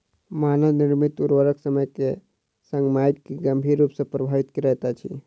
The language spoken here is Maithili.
मानव निर्मित उर्वरक समय के संग माइट के गंभीर रूप सॅ प्रभावित करैत अछि